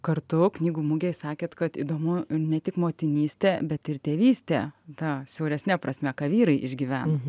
kartu knygų mugėj sakėt kad įdomu ne tik motinystė bet ir tėvystė ta siauresne prasme ką vyrai išgyvena